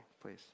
please